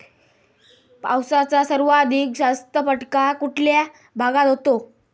पावसाचा सर्वाधिक जास्त फटका कुठल्या भागात होतो?